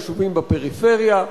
יישובים בפריפריה,